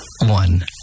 one